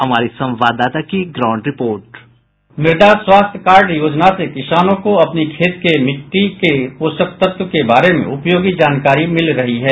हमारे संवाददाता की ग्राउंड रिपोर्ट संवाददाता रिपोर्ट मृदा स्वास्थ्य कार्ड योजना से किसानों को अपनी खेत की मिटटी के पोषक तत्व के बारे में उपयोगी जानकारी मिल रही है